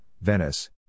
Venice